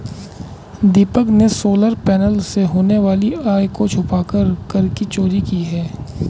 दीपक ने solar panel से होने वाली आय को छुपाकर कर की चोरी की है